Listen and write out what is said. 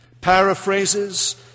paraphrases